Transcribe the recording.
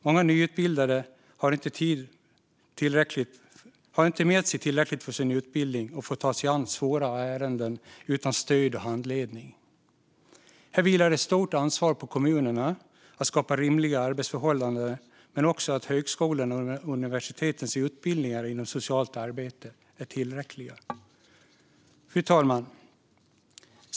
Många nyutbildade har inte med sig tillräckligt från sin utbildning och får ta sig an svåra ärenden utan stöd och handledning. Här vilar ett stort ansvar på kommunerna att skapa rimliga arbetsförhållanden. Men det behövs också att högskolornas och universitetens utbildningar inom socialt arbete är tillräckliga. Fru talman!